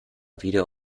wieder